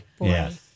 yes